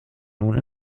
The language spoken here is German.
nun